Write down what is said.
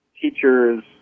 teachers